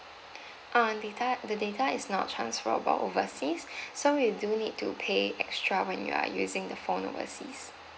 uh data the data is not transferable overseas so you do need to pay extra when you are using the phone overseas